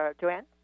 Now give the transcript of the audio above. Joanne